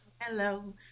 Hello